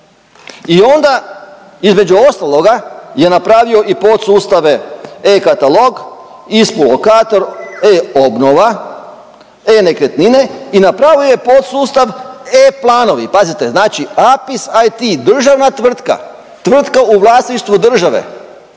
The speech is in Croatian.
i onda između ostaloga je napravio i podsustave e-katalog, … lokator, e-obnova, e-nekretnine i napravio je podsustav e-planovi. Pazite, znači APIS IT državna tvrtka, tvrtka u vlasništvu države